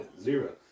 zero